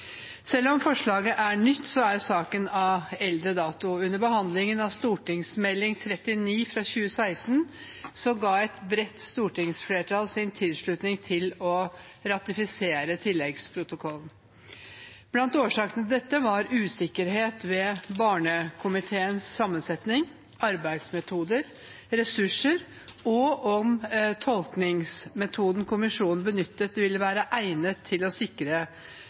Selv om forslaget er nytt, er saken av eldre dato. Under behandlingen av Meld. St. 39 for 2015–2016 ga et bredt stortingsflertall sin tilslutning til ikke å ratifisere tilleggsprotokollen. Blant årsakene til dette var usikkerhet ved barnekomiteens sammensetning, arbeidsmetoder, ressurser og om tolkningsmetoden kommisjonen benyttet, ville være egnet til å sikre